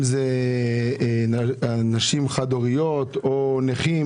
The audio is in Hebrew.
אם אלה נשים חד הוריות או נכים.